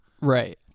right